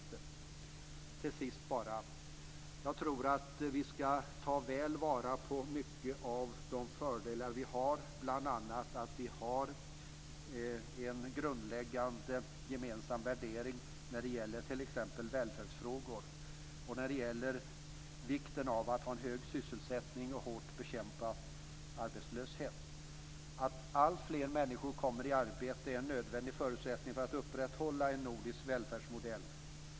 Till sist vill jag bara säga att jag tror att vi skall ta väl vara på många av de fördelar vi har, bl.a. att vi har en grundläggande gemensam värdering när det gäller t.ex. välfärdsfrågor, när det gäller vikten av att ha en hög sysselsättning och att hårt bekämpa arbetslöshet. Att alltfler människor kommer i arbete är en nödvändig förutsättning för att upprätthålla en nordisk välfärdsmodell.